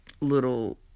little